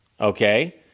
Okay